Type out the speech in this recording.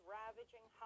ravaging